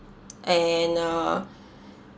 and uh